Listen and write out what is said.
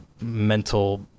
mental